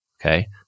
Okay